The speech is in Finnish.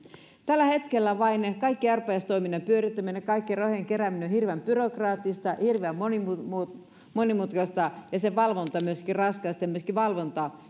tällä hetkellä kaikki arpajaistoiminnan pyörittäminen kaikki rahojen kerääminen on hirveän byrokraattista hirveän monimutkaista monimutkaista ja sen valvonta on myöskin raskasta ja valvonta